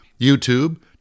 YouTube